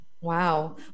Wow